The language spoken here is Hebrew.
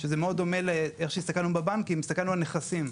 וזה מאוד דומה לאיך שהסתכלנו על נכסים בבנקים.